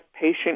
patient